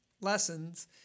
lessons